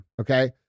Okay